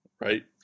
Right